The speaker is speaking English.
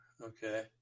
okay